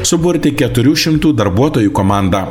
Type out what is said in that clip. suburti keturių šimtų darbuotojų komandą